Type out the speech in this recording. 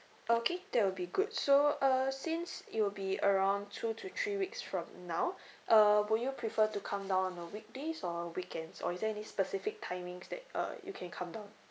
okay that would be good so uh since it will be around two to three weeks from now uh would you prefer to come down on the weekdays or weekends or is there any specific timings that uh you can come down